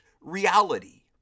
reality